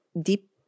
deep